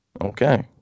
Okay